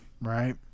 right